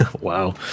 Wow